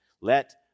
Let